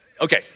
Okay